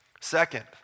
Second